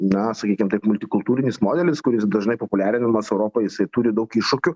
na sakykim taip multikultūrinis modelis kuris dažnai populiarindamas europoj jisai turi daug iššūkių